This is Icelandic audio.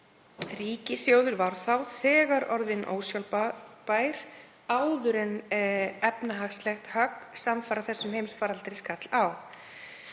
Ríkissjóður var þegar orðinn ósjálfbær áður en efnahagslegt högg samfara þessum heimsfaraldri skall á.